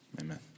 Amen